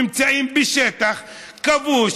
נמצאים בשטח כבוש,